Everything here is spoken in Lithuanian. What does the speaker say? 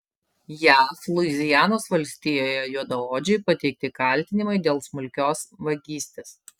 jav luizianos valstijoje juodaodžiui pateikti kaltinimai dėl smulkios vagystės